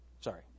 sorry